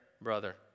brother